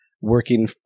working